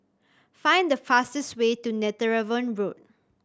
find the fastest way to Netheravon Road